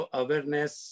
awareness